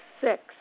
six